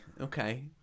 Okay